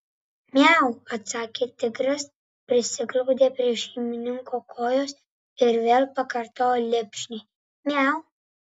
miau atsakė tigras prisiglaudė prie šeimininko kojos ir vėl pakartojo lipšniai miau